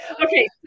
okay